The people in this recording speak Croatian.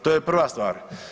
To je prva stvar.